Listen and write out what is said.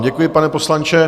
Děkuji vám, pane poslanče.